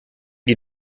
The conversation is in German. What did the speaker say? die